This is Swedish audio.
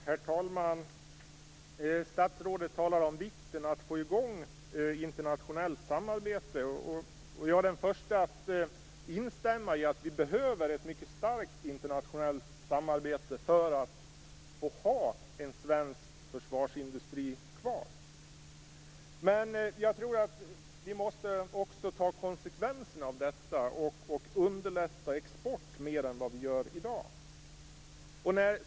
Herr talman! Statsrådet talar om vikten av att få i gång internationellt samarbete, och jag är den förste att instämma i att vi behöver ett mycket starkt internationellt samarbete för att kunna ha en svensk försvarsindustri kvar. Jag tror att vi också måste ta konsekvenserna av detta och underlätta export mer än vad vi gör i dag.